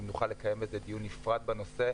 אם נוכל לקיים על זה דיון נפרד בנושא.